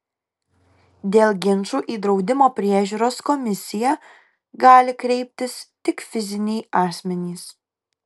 dėl ginčų į draudimo priežiūros komisiją gali kreiptis tik fiziniai asmenys